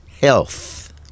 Health